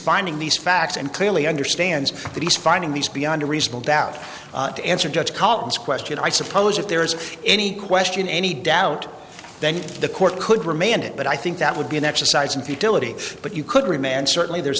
finding these facts and clearly understands that he's finding these beyond a reasonable doubt to answer judge columns question i suppose if there is any question any doubt then the court could remain in it but i think that would be an exercise in futility but you could remain and certainly there's